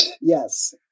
Yes